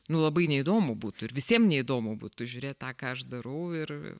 labai neįdomu būtų visiems neįdomu būtų žiūrėti tą ką aš darau ir